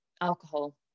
alcohol